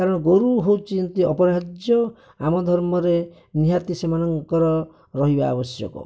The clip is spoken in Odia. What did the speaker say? କାରଣ ଗୋରୁ ହେଉଛନ୍ତି ଅପରିହାର୍ଯ୍ୟ ଆମ ଧର୍ମରେ ନିହାତି ସେମାଙ୍କର ରହିବା ଆବଶ୍ୟକ